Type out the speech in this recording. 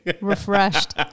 refreshed